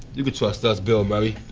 you can trust us bill murray.